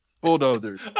bulldozers